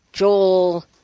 Joel